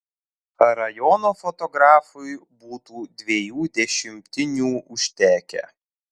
rajono fotografui būtų dviejų dešimtinių užtekę